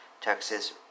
Texas